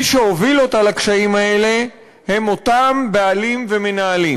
מי שהוביל אותה לקשיים האלה הם אותם בעלים ומנהלים,